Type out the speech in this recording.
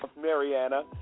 Mariana